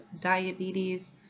diabetes